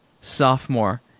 sophomore